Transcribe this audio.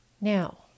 Now